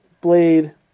Blade